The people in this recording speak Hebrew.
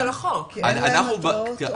כי אין להם התרעות און-ליין.